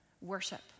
Worship